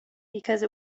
because